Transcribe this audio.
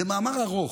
זה מאמר ארוך,